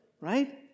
right